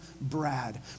Brad